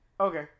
Okay